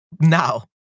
now